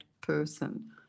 person